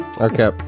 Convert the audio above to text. okay